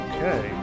Okay